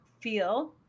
feel